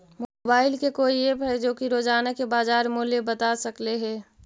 Mobile के कोइ app है जो कि रोजाना के बाजार मुलय बता सकले हे?